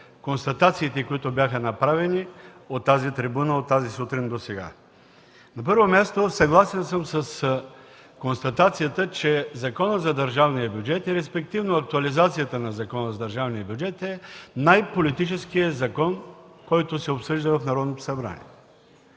констатациите, които бяха направени от тази трибуна от тази сутрин досега. Първо, съгласен съм с констатацията, че Законът за държавния бюджет, респективно актуализацията на Закона за държавния бюджет, е най-политическият закон, който се обсъжда в Народното събрание.